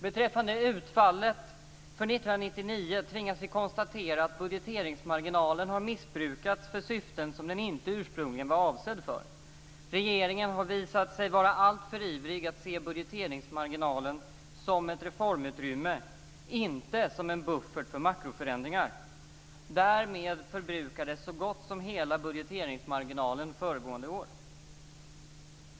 Beträffande utfallet för 1999 tvingas vi konstatera att budgeteringsmarginalen har missbrukats för syften som den inte ursprungligen var avsedd för. Regeringen har visat sig vara alltför ivrig att se budgeteringsmarginalen som ett reformutrymme, inte som en buffert för makroförändringar. Därmed förbrukades så gott som hela budgeteringsmarginalen föregående år.